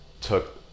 took